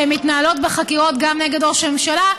שמתנהלות בה חקירות גם נגד ראש הממשלה,